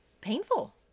painful